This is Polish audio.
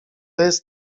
jest